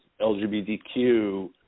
LGBTQ